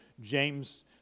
james